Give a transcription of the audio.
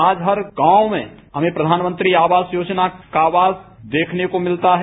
आज हर गांव में हमें प्रधानमंत्री आवास योजना का आवास देखने को मिलता है